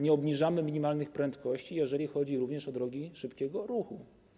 Nie obniżamy minimalnych prędkości, jeżeli chodzi również o drogi szybkiego ruchu.